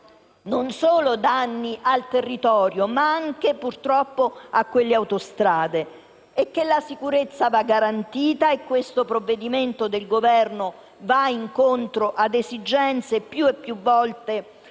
non solo danni al territorio, ma anche, purtroppo, a quelle autostrade. La sicurezza va garantita e questo provvedimento del Governo va incontro ad esigenze più volte